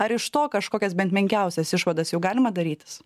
ar iš to kažkokias bent menkiausias išvadas jau galima darytis